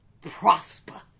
prosper